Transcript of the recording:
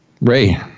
Ray